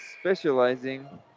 specializing